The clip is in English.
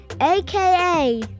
AKA